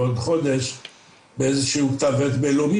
בעוד חודש באיזה שהוא כתב עת בינלאומי,